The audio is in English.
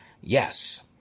Yes